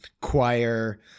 choir